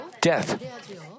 death